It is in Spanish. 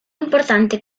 importante